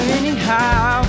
anyhow